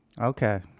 Okay